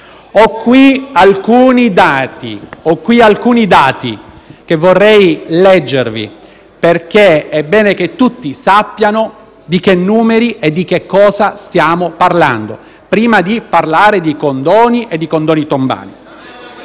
Ho qui alcuni dati che vorrei leggervi perché è bene che tutti sappiano di che numeri e di che cosa stiamo parlando, prima di parlare di condoni e di condoni tombali.